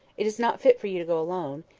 it is not fit for you to go alone.